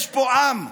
יש פה עם,